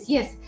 Yes